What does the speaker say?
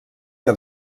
que